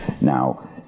Now